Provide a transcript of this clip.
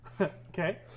Okay